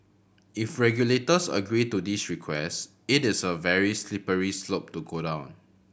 if regulators agree to this request it is a very slippery slope to go down